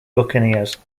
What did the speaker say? buccaneers